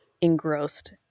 engrossed